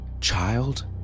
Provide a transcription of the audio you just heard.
Child